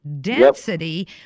density